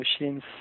machines